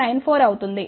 94 అవుతుంది